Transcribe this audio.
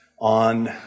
on